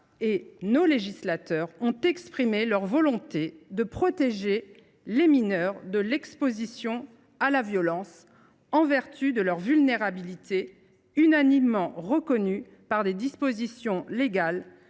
et le législateur ont exprimé la volonté de protéger les mineurs de l’exposition à la violence, en raison de leur vulnérabilité, laquelle a été reconnue par des dispositions légales.